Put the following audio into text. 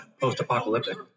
post-apocalyptic